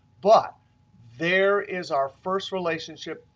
but there is our first relationship,